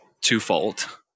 twofold